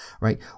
right